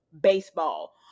baseball